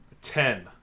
Ten